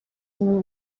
ubu